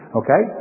okay